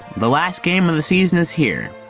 the last game of the season is here.